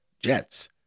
Jets